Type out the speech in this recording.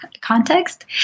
context